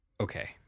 Okay